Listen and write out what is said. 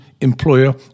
employer